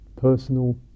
personal